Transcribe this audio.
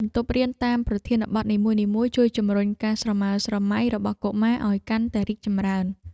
ការតុបតែងបន្ទប់រៀនតាមប្រធានបទនីមួយៗជួយជំរុញការស្រមើស្រមៃរបស់កុមារឱ្យកាន់តែរីកចម្រើន។